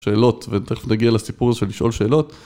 שאלות, ותכף נגיע לסיפור של לשאול שאלות.